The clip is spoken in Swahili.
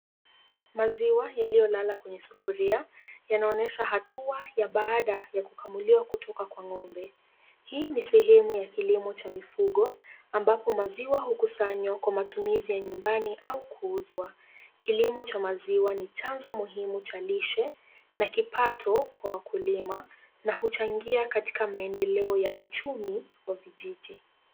Maziwa yaliolala kwenye sufuria yanaonyesha hatua ya baada ya kukamuliwa kutoka kwa ng'ombe. Hii ni sehemu ya kilimo cha mifugo, ambapo maziwa hukusanywa kwa matumizi ya nyumbani au kuuzwa, kilimo cha maziwa ni chanzo muhimu cha lishe na kipato kwa wakulima na huchangia katika maendeleo ya uchumi wa vijiji.